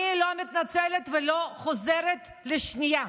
אני לא מתנצלת ולא חוזרת בי לשנייה.